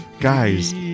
guys